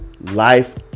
Life